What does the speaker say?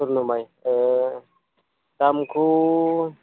स्वर्न माइसो दामखौ